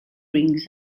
rings